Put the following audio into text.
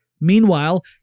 Meanwhile